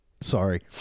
Sorry